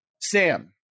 Sam